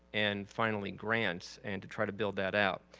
and finally grants, and to try to build that out.